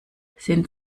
sind